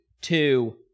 two